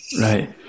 Right